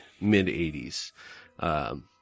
mid-80s